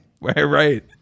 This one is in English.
right